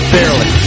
Barely